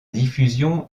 diffusion